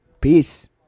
peace